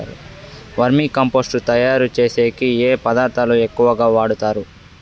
వర్మి compost తయారుచేసేకి ఏ పదార్థాలు ఎక్కువగా వాడుతారు